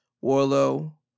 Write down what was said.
Warlow